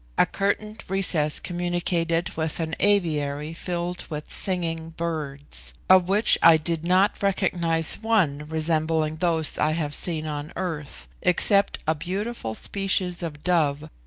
a curtained recess communicated with an aviary filled with singing-birds, of which i did not recognise one resembling those i have seen on earth, except a beautiful species of dove,